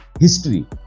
History